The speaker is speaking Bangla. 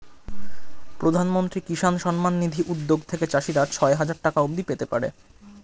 প্রধানমন্ত্রী কিষান সম্মান নিধি উদ্যোগ থেকে চাষিরা ছয় হাজার টাকা অবধি পেতে পারে